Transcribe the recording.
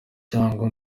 cyangwa